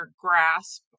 grasp